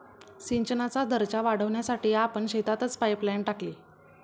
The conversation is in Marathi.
सिंचनाचा दर्जा वाढवण्यासाठी आपण शेतातच पाइपलाइन टाकली